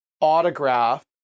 autograph